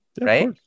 Right